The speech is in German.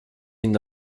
ihnen